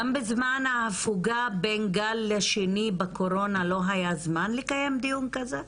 גם בין זמן ההפוגה בין הגל השני בקורונה לא היה זמן לקיים דיון כזה?